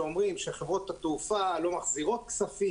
שאומרים שחברות התעופה לא מחזירות כספים,